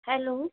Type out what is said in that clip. hello